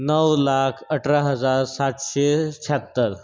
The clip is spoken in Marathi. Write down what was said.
नऊ लाख अठरा हजार सातशे शाहत्तर